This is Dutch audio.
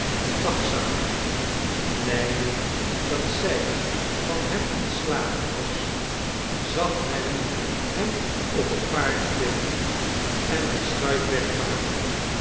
dag samen blijde dat zij van hem ontslagen was zag nelly hem op het paard klimmen en de schuit wegvaren